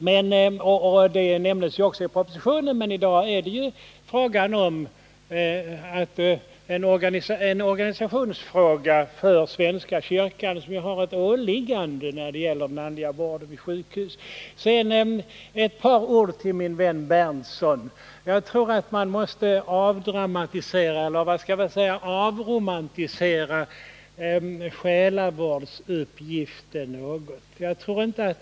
Detta har också kommit till uttryck i propositionen, men vi har i dag att behandla den organisationsfråga som gäller svenska kyrkan, som ju har ett åliggande när det gäller den andliga vården vid sjukhusen. Så ett par ord till min vän Nils Berndtson. Jag tror att man måste avdramatisera eller avromantisera själavårdsuppgiften något.